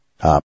Up